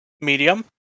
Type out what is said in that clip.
medium